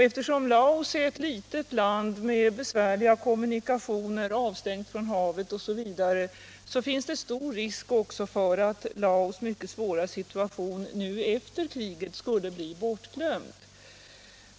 Eftersom Laos är ett litet land med besvärliga kommunikationer, avstängt från havet osv., finns det stor risk för att Laos mycket svåra situation också nu efter kriget skulle bli bortglömd.